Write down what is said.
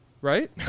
Right